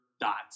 dots